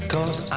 Cause